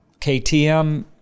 KTM